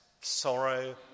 Sorrow